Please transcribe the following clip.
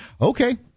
okay